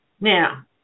Now